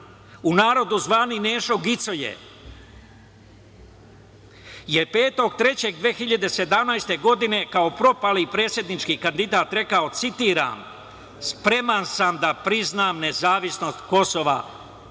u narodu zvani Nešo gicoje, je 05. marta 2017. godine, kao propali predsednički kandidat rekao, citiram: "Spreman sam da priznam nezavisnost Kosova."